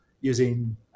using